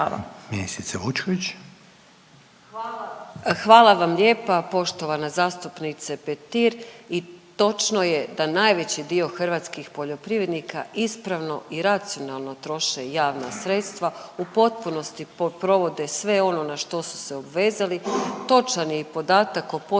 Hvala vam lijepa poštovana zastupnice Petir i točno je da najveći dio hrvatskih poljoprivrednika ispravno i racionalno troše javna sredstva, u potpunosti provode sve ono na što su se obvezali, točan je i podatak o potporama